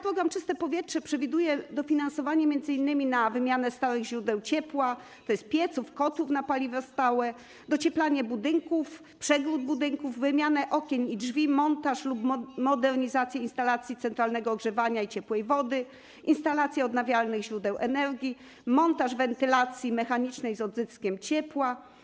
Program „Czyste powietrze” przewiduje dofinansowanie m.in. na wymianę stałych źródeł ciepła, tj. pieców, kotłów na paliwa stale, docieplanie budynków, przegród budynków, wymianę okien i drzwi, montaż lub modernizację instalacji centralnego ogrzewania i ciepłej wody, instalację odnawialnych źródeł energii i montaż wentylacji mechanicznej z odzyskiem ciepła.